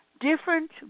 different